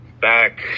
back